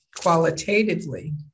qualitatively